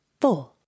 four